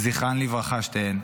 זכרן לברכה, שתיהן.